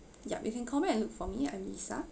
yup you can call back and look for me I'm lisa